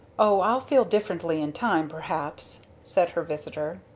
oh, i'll feel differently in time, perhaps! said her visitor.